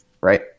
Right